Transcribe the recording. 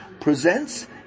presents